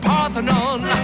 Parthenon